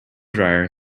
dryer